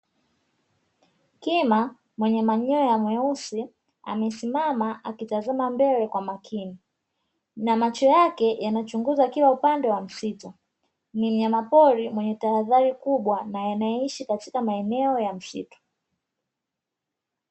Kima mwenye manyoya meusi amesimama akitazama mbele kwa makini na macho yake yanachunguza kila upande wa msitu, ni mnyamapori mwenye tahadhari kubwa na anaeishi katika maeneo ya msitu.